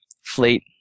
fleet